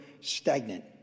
stagnant